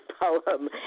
poem